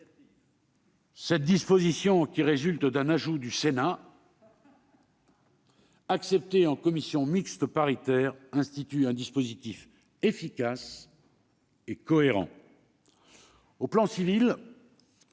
Cette disposition, qui résulte d'un ajout du Sénat accepté en commission mixte paritaire, institue en effet un dispositif efficace et cohérent. Sur le plan civil,